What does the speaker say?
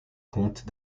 comptent